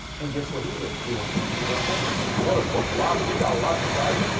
and guess what he did? he won two super bowl championships. now what a father. he got lucky, right?